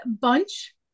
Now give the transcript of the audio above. bunch